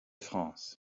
france